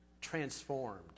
transformed